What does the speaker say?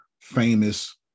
famous